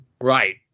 Right